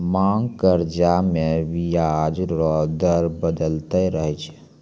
मांग कर्जा मे बियाज रो दर बदलते रहै छै